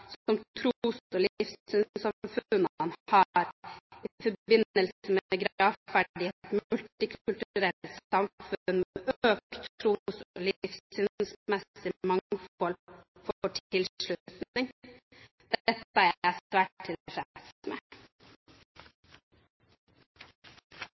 tros- og livssynssamfunnene har i forbindelse med gravferd i et flerkulturelt samfunn med økt tros- og livssynsmessig mangfold, får tilslutning. Dette er jeg svært tilfreds med.